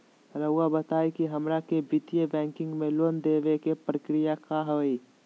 रहुआ बताएं कि हमरा के वित्तीय बैंकिंग में लोन दे बे के प्रक्रिया का होई?